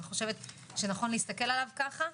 וחושבת שנכון להתייחס אליו ככה.